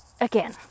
again